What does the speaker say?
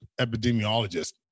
epidemiologist